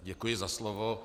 Děkuji za slovo.